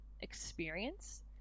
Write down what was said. experience